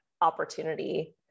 opportunity